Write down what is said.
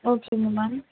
ஓகேங்க மேம்